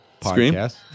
podcast